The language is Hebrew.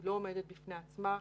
היא לא עומדת בפני עצמה.